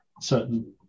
certain